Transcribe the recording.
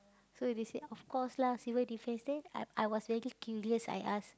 so if you say of course lah Civil-Defence then I I was very curious I ask